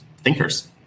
thinkers